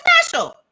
special